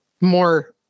more